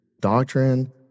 doctrine